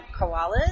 koalas